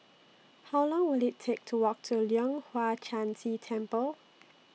How Long Will IT Take to Walk to Leong Hwa Chan Si Temple